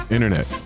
Internet